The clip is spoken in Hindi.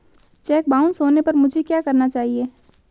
चेक बाउंस होने पर मुझे क्या करना चाहिए?